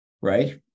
right